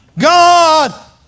God